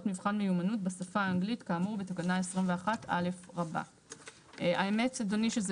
מבחן מיומנות בשפה האנגלית כאמור בתקנה 21א". האמת אדוני שזה